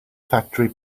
factory